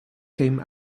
came